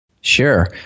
Sure